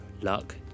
Luck